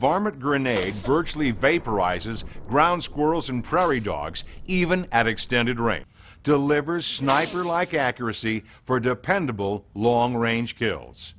varmint grenade virtually vaporizes ground squirrels and prairie dogs even at extended range delivers sniper like accuracy for dependable long range kills